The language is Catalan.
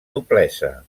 noblesa